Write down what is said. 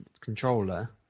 controller